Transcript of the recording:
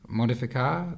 modificar